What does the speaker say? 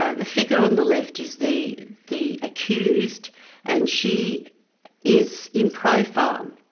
ah the figure on the left is the the accused and she is in profile.